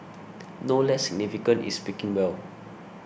no less significant is speaking well